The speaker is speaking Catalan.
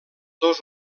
dos